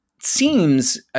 seems